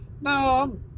no